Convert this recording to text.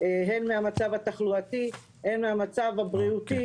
את יודעת לענות על השאלה ששאלתי את נציגת משרד הבריאות?